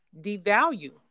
devalue